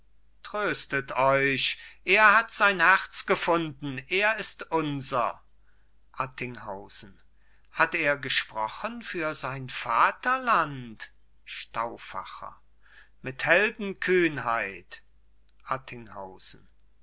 tröstet euch er hat sein herz gefunden er ist unser attinghausen hat er gesprochen für sein vaterland stauffacher mit heldenkühnheit